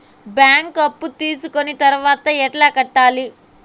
బ్యాంకులో అప్పు తీసుకొని తర్వాత ఎట్లా కట్టాలి?